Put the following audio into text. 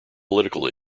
political